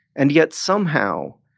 and yet somehow,